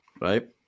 right